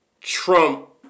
trump